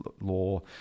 law